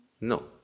No